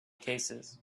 cases